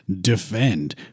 defend